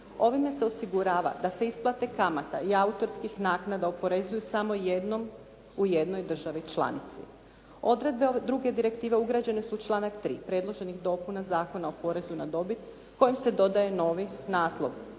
Ovime se osigurava da se isplate kamata i autorskih naknada oporezuju samo jednom u jednoj državi članici. Odredbe druge direktive ugrađene su u članak 3. predloženih dopuna Zakona o porezu na dobit kojom se dodaje novi naslov